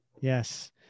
yes